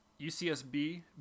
UCSB